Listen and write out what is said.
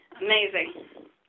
Amazing